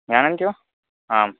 जानन्ति वा आम्